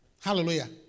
hallelujah